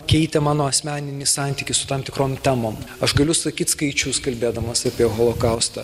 keitė mano asmeninį santykį su tam tikrom temom aš galiu sakyt skaičius kalbėdamas apie holokaustą